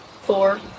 four